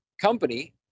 company